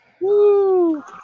Woo